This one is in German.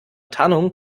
tarnung